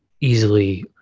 easily